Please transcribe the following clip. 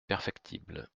perfectible